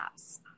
apps